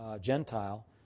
Gentile